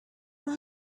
will